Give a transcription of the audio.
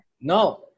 No